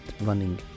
running